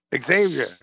Xavier